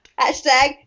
Hashtag